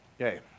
Okay